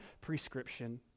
prescription